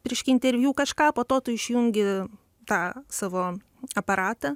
reiškia interviu kažką po to tu išjungi tą savo aparatą